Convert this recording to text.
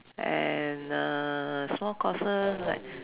and uh small courses like